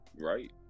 right